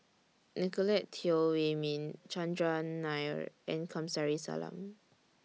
Nicolette Teo Wei Min Chandran Nair and Kamsari Salam